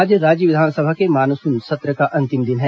आज राज्य विधानसभा के मानसून सत्र का अंतिम दिन है